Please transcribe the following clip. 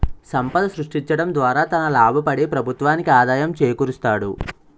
సంపాదన సృష్టించడం ద్వారా తన లాభపడి ప్రభుత్వానికి ఆదాయం చేకూరుస్తాడు